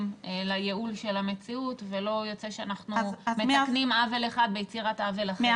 לייעול של המציאות ולא יוצא שאנחנו מתקנים עוול אחד ביצירת עוול אחר.